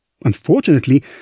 Unfortunately